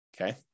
okay